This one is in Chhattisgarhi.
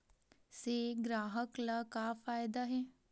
से ग्राहक ला का फ़ायदा हे?